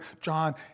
John